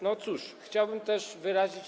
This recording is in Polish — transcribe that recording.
No cóż, chciałbym też wyrazić.